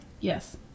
Yes